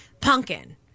pumpkin